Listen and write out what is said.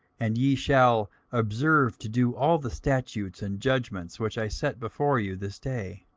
and ye shall observe to do all the statutes and judgments which i set before you this day.